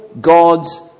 God's